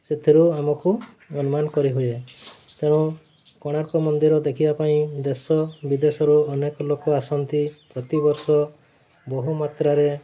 ସେଥିରୁ ଆମକୁ ଅନୁମାନ କରିହୁଏ ତେଣୁ କୋଣାର୍କ ମନ୍ଦିର ଦେଖିବା ପାଇଁ ଦେଶ ବିଦେଶରୁ ଅନେକ ଲୋକ ଆସନ୍ତି ପ୍ରତିବର୍ଷ ବହୁମାତ୍ରାରେ